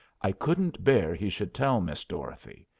i couldn't bear he should tell miss dorothy.